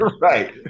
Right